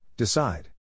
Decide